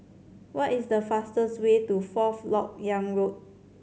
what is the fastest way to Fourth Lok Yang Road